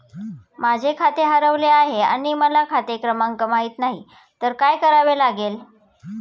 माझे पासबूक हरवले आहे आणि मला खाते क्रमांक माहित नाही तर काय करावे लागेल?